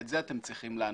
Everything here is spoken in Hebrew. ועל זה אתם צריכים לענות,